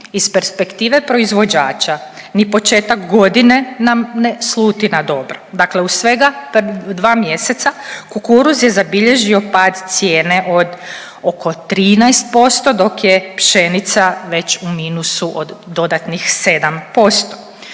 Iz perspektive proizvođača, ni početak godine nam ne sluti na dobro. Dakle u svega 2 mjeseca kukuruz je zabilježio pad cijene od oko 13%, dok je pšenica već u minusu od dodatnih 7%.